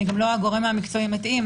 אני גם לא הגורם המקצועי המתאים,